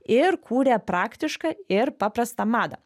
ir kūrė praktišką ir paprastą madą